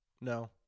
No